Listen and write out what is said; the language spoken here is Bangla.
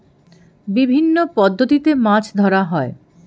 বিভিন্ন পদ্ধতিতে মাছ ধরা হয়